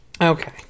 Okay